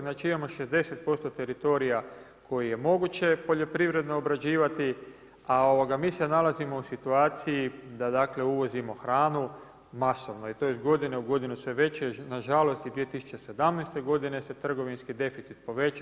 Znači imamo 60% teritorija koji je moguće poljoprivredno obrađivati, a mi se nalazimo u situaciji, da dakle uvozimo hranu masovno i to iz godine u godinu sve veća i na žalost i 2017. godine se trgovinski deficit poveća.